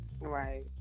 Right